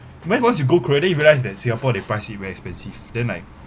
when once you go korea then you realize that singapore they price it very expensive then like